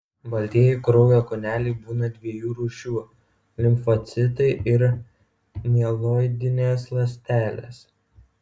baltieji kraujo kūneliai būna dviejų rūšių limfocitai ir mieloidinės ląstelės